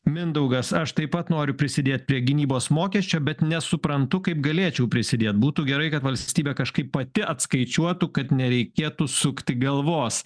mindaugas aš taip pat noriu prisidėt prie gynybos mokesčio bet nesuprantu kaip galėčiau prisidėt būtų gerai kad valstybė kažkaip pati atskaičiuotų kad nereikėtų sukti galvos